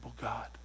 God